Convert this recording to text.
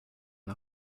the